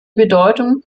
bedeutung